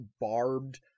barbed